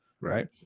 Right